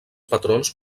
patrons